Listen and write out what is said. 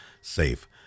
safe